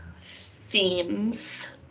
themes